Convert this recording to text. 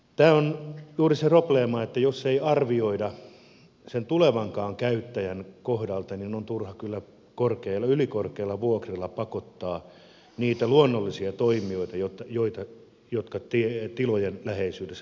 tämä on juuri se probleema että jos ei arvioida sen tulevankaan käyttäjän kohdalta niin on turha kyllä ylikorkeilla vuokrilla pakottaa niitä luonnollisia toimijoita jotka tilojen läheisyydessä toimivat